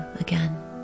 again